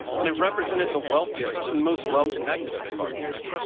and it represented the wealthiest and most well-connected of the carpenters.